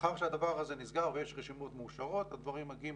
לאחר שהדבר הזה נסגר ויש רשימות מאושרות הדברים מגיעים